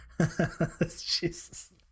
Jesus